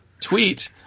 tweet